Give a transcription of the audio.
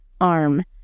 arm